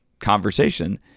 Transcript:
conversation